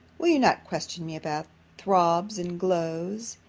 will you not question me about throbs and glows,